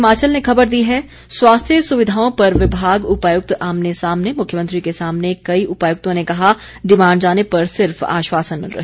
हिमाचल ने खबर दी है स्वास्थ्य सुविधाओं पर विभाग उपायुक्त दिव्य आमने सामने मुख्यमंत्री के सामने कई उपायुक्तों ने कहा डिमांड जाने पर सिर्फ आश्वासन मिल रहे